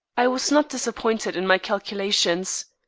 i was not disappointed in my calculations.